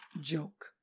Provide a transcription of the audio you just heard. joke